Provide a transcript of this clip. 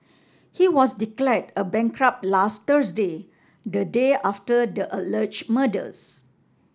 he was declared a bankrupt last Thursday the day after the alleged murders